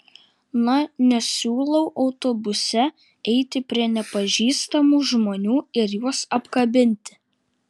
na nesiūlau autobuse eiti prie nepažįstamų žmonių ir juos apkabinti